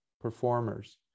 performers